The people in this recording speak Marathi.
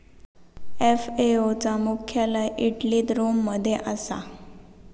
एफ.ए.ओ चा मुख्यालय इटलीत रोम मध्ये असा